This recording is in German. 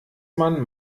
man